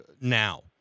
now